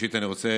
ראשית אני רוצה